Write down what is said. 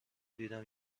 دیدم